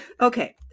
Okay